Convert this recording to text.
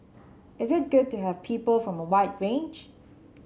is it good to have people from a wide range